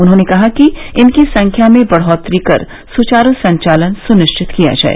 उन्होंने कहा कि इनकी संख्या में बढ़ोत्तरी कर सुचारू संचालन सुनिश्चित किया जाए